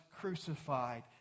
crucified